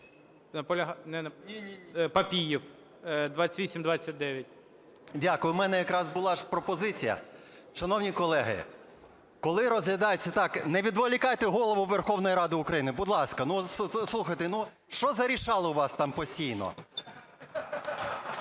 ПАПІЄВ М.М. Дякую. У мене якраз була пропозиція. Шановні колеги, коли розглядається… (Не відволікайте Голову Верховної Ради України, будь ласка! Слухайте, що за "рішалово" у вас там постійно?